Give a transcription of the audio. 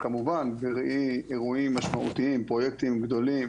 כמובן שבראי אירועים משמעותיים, פרויקטים גדולים